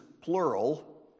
plural